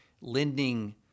lending